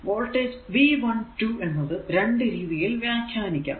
voltage V12 എന്നത് 2 രീതിയിൽ വ്യഖ്യാനിക്കാം